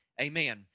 Amen